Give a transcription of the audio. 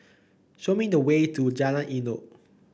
show me the way to Jalan Elok